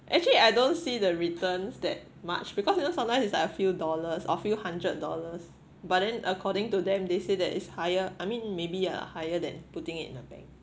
actually I don't see the returns that much because you know sometimes it's like a few dollars or few hundred dollars but then according to them they say that is higher I mean maybe a higher than putting it in the bank